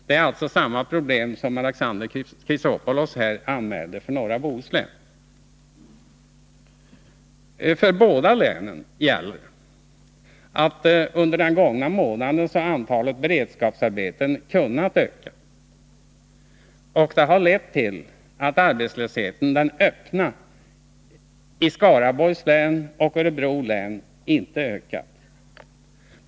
Det är alltså samma problem som Alexander Chrisopoulos anmälde beträffande norra Bohuslän. För båda länen gäller att antalet beredskapsarbeten har ökat under den gångna månaden, vilket harlett till att den öppna arbetslösheten i Skaraborgs län och Örebro län inte har ökat.